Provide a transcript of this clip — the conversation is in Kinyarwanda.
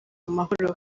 amahoro